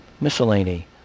Miscellany